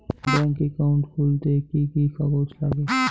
Bank account খুলতে কি কি কাগজ লাগে?